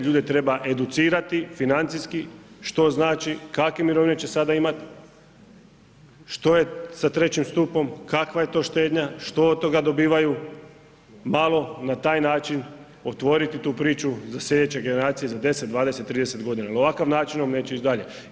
Ljude treba educirati financijski što znači kakve mirovine će sada imati, što je sa trećim stupom, kakva je to štednja, što od toga dobivaju malo na taj način otvoriti tu priču za sljedeće generacije za 10, 20, 30 godina jel ovakvim načinom neće ići dalje.